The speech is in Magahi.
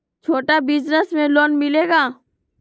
छोटा बिजनस में लोन मिलेगा?